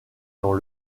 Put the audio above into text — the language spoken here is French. dans